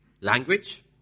Language